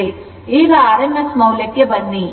ಈಗ rms ಮೌಲ್ಯಕ್ಕೆ ಬನ್ನಿ